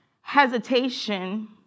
hesitation